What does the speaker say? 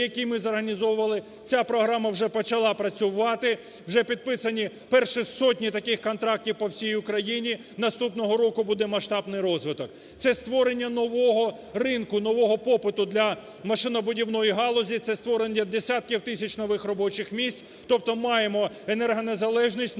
який ми зорганізовували, ця програма вже почала працювати, вже підписані перші сотні таких контрактів по всій Україні, наступного року буде масштабний розвиток. Це створення нового ринку, нового попиту для машинобудівної галузі, це створення десятків тисяч нових робочих місць. Тобто маємо енергонезалежність,